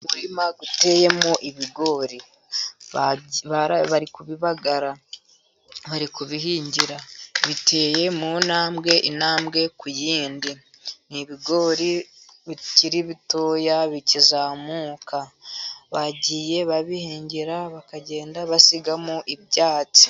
Umurima uteyemo ibigori bari kubibagara, bari kubihingira. Biteye mu ntambwe, intambwe ku yindi. ni ibigori bikiri bitoya bikizamuka. Bagiye babihingira bakagenda basigamo ibyatsi.